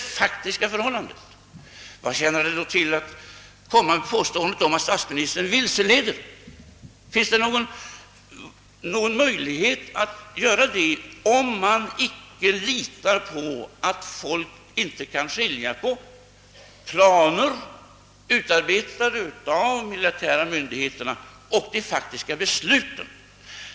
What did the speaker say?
Vad tjänar det då till att påstå att jag vilseleder? Kan man göra ett sådant uttalande, om man inte litar på att folk inte kan skilja på planer, som utarbetats av de militära myndigheterna, och de faktiska besluten?